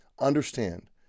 understand